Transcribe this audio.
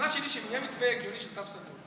הטענה שלי היא שאם יהיה מתווה הגיוני של תו סגול,